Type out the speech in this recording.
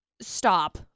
stop